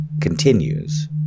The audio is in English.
continues